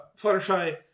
Fluttershy